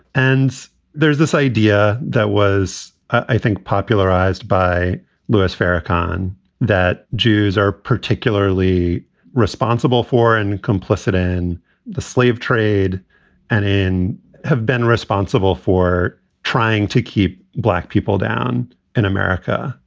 and there's this idea that was, i think, popularized by louis farrakhan that jews are particularly responsible for and complicit in the slave trade and in have been responsible for trying to keep black people down in america.